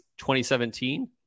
2017